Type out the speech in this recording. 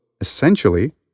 essentially